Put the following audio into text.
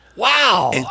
Wow